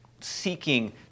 seeking